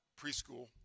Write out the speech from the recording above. preschool